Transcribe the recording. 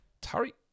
Tari